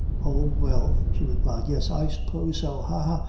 oh well! she replied yes, i suppose so ha!